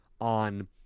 on